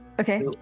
Okay